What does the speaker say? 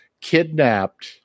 kidnapped